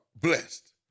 blessed